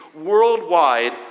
worldwide